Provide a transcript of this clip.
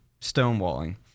stonewalling